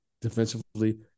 defensively